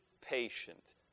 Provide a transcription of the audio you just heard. patient